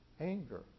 anger